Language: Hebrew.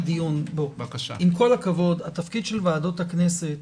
עם כל הכבוד, התפקיד של ועדות הכנסת